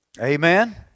Amen